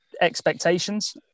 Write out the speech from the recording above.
expectations